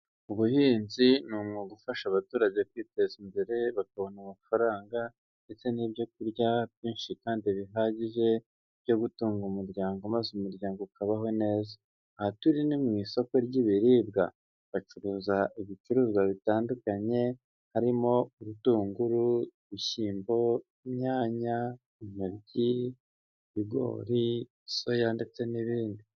Ubuhinzi ni umwuga ufasha abaturage kwiteza imbere, bakabona amafaranga ndetse n'ibyo kurya byinshi kandi bihagije byo gutunga umuryango maze umuryango ukabaho neza. Aha turi ni mu isoko ry'ibiribwa, bacuruza ibicuruzwa bitandukanye, harimo: urutunguru, ibishyimbo, inyanya, intoryi, ibigori soya ndetse n'ibindi.